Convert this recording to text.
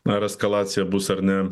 ar eskalacija bus ar ne